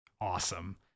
Awesome